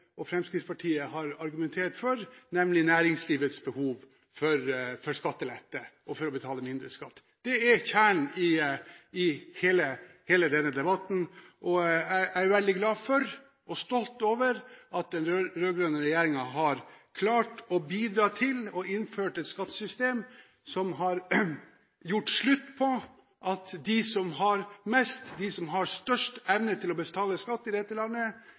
og Fremskrittspartiet har argumentert for, nemlig næringslivets behov for skattelette og for å betale mindre i skatt? Det er kjernen i hele denne debatten. Jeg er veldig glad for og stolt over at den rød-grønne regjeringen har klart å bidra til å innføre et skattesystem som gjør at de som har mest, de som har størst evne til å betale skatt i dette landet,